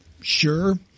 Sure